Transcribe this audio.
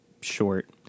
short